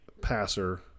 passer